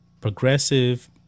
progressive